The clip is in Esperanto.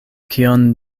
kion